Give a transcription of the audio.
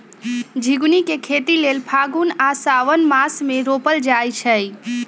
झिगुनी के खेती लेल फागुन आ साओंन मासमे रोपल जाइ छै